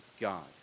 God